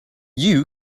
you